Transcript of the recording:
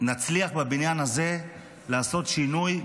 נצליח בבניין הזה לעשות שינוי,